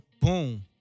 boom